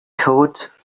code